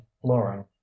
flooring